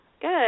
Good